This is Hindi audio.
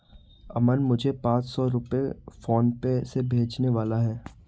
अमन मुझे पांच सौ रुपए फोनपे से भेजने वाला है